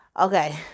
Okay